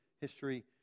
history